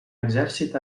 exèrcit